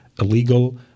illegal